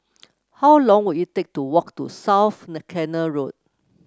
how long will it take to walk to South Canal Road